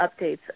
updates